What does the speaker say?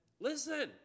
listen